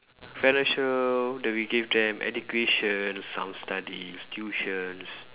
financial then we give them education some studies tuition